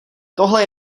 tohle